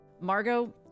Margot